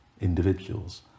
individuals